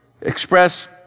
express